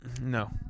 No